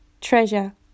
treasure